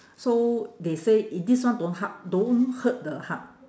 so they say it this one don't heart don't hurt the heart